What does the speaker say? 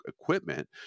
equipment